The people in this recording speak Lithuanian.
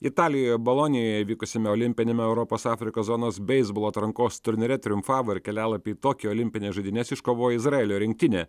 italijoje bolonijoje vykusiame olimpiniame europos afrikos zonos beisbolo atrankos turnyre triumfavo ir kelialapį į tokijo olimpines žaidynes iškovojo izraelio rinktinė